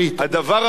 הרי הדבר המדהים,